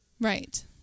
right